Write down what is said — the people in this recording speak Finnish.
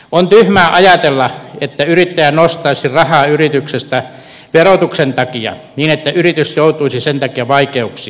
on tyhmää ajatella että yrittäjä nostaisi rahaa yrityksestä verotuksen takia niin että yritys joutuisi sen takia vaikeuksiin